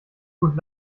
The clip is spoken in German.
gut